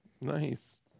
nice